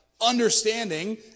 understanding